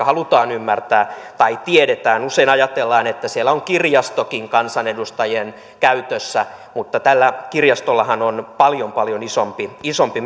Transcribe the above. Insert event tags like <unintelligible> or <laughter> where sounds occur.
<unintelligible> halutaan ymmärtää tai tiedetään usein ajatellaan että siellä on kirjastokin kansanedustajien käytössä mutta tällä kirjastollahan on paljon paljon isompi isompi <unintelligible>